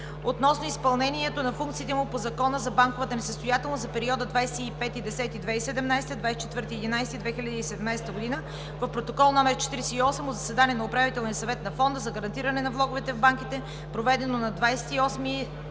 относно изпълнението на функциите му по Закона за банковата несъстоятелност за периода 25 октомври 2017 г. – 24 ноември 2017 г. по Протокол № 48 от заседание на Управителния съвет на Фонда за гарантиране на влоговете в банките, проведено на 28